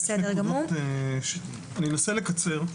אני אנסה לקצר.